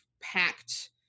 packed